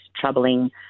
troubling